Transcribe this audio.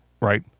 Right